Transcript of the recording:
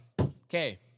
okay